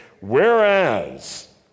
Whereas